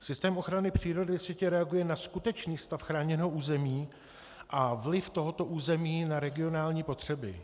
Systém ochrany přírody ve světě reaguje na skutečný stav chráněného území a vliv tohoto území na regionální potřeby.